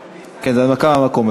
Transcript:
כן, זה הנמקה מהמקום.